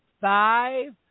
five